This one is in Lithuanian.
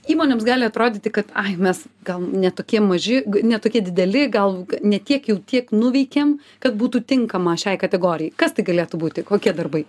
įmonėms gali atrodyti kad ai mes gal ne tokie maži ne tokie dideli gal ne tiek jau tiek nuveikėm kad būtų tinkama šiai kategorijai kas tai galėtų būti kokie darbai